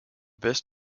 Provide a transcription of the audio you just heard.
best